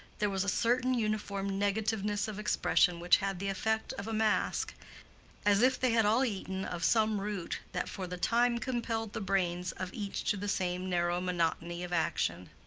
there was a certain uniform negativeness of expression which had the effect of a mask as if they had all eaten of some root that for the time compelled the brains of each to the same narrow monotony of action.